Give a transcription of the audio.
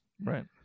right